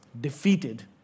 defeated